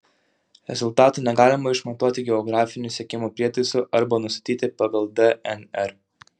rezultatų negalima išmatuoti geografiniu sekimo prietaisu arba nustatyti pagal dnr